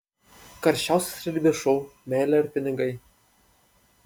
karščiausias realybės šou meilė ar pinigai